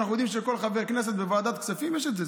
אנחנו יודעים שלכל חבר הכנסת בוועדת הכספים יש את זה.